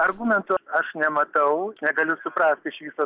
argumentų aš nematau negaliu suprasti iš viso